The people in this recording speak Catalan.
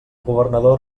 governador